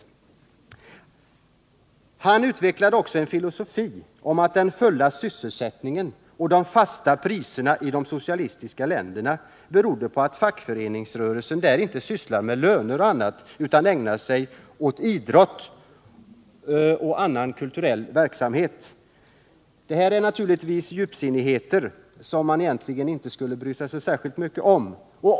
Fritz Börjessons filosofi var att den fulla sysselsättningen och de fasta priserna i de socialistiska länderna berodde på att fackföreningarna där inte sysslade med lönefrågor och liknande utan ägnade sig åt idrott och annan kulturell verksamhet. Det här är naturligtvis djupsinnigheter som man egentligen inte skulle bry sig så mycket om.